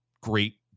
great